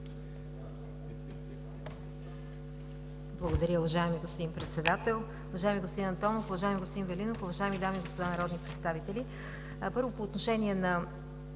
Благодаря, уважаеми господин Председател! Уважаеми господин Антонов, уважаеми господин Велинов, уважаеми дами и господа народни представители! Първо, по отношение на